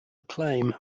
acclaim